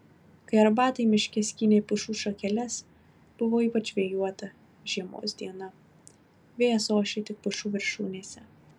kai arbatai miške skynė pušų šakeles buvo ypač vėjuota žiemos diena vėjas ošė tik pušų viršūnėse